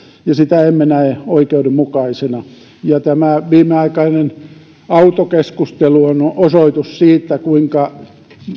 ja sitä emme näe oikeudenmukaisena tämä viimeaikainen autokeskustelu on on osoitus siitä kuinka